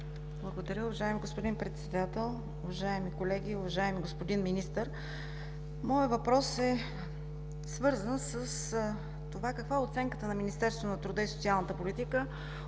Благодаря. Уважаеми господин Председател, уважаеми колеги, уважаеми господин Министър! Моят въпрос е свързан с това каква е оценката на Министерството на труда и социалната политика